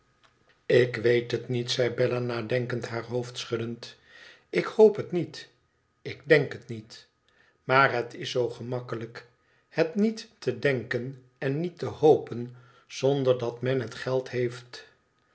ik weet het niet zei bella nadenkend haar hoofd schuddend ik hoop het niet ik denk het niet maar het is zoo gemakkelijk het niet te denken en niet te hopen zonder dat men het geld heeft